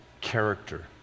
character